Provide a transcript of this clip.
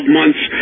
months